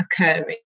occurring